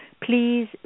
please